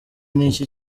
niki